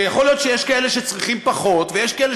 יכול להיות שיש כאלה שצריכים פחות ויש כאלה